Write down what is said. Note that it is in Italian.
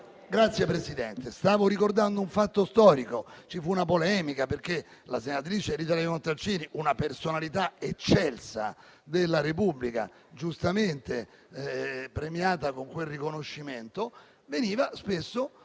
Grazie Presidente. Stavo ricordando un fatto storico: ci fu una polemica, perché la senatrice Rita Levi Montalcini, una personalità eccelsa della Repubblica, giustamente premiata con quel riconoscimento, veniva spesso